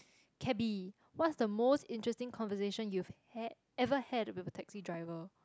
cabby what's the most interesting conversation you've had ever had with the taxi driver